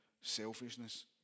selfishness